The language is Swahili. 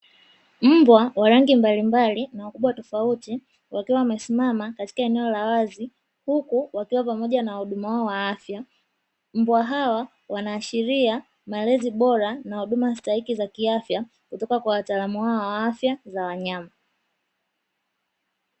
Mbwa wa rangi mbalimbali na ukubwa tofauti wakiwa wamesimama katika eneo la wazi, huku wakiwa pamoja na wahudumu wao wa afya. Mbwa hawa wanaashiria malezi bora na huduma stahiki za kiafya kutoka kwa wataalamu wao wa afya za wanyama.